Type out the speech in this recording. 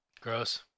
Gross